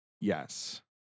Yes